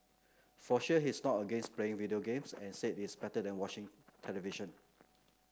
for sure he is not against playing video games and said it's better than watching television